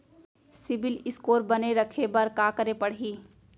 CIBIL score बने रखे बर का करे पड़ही?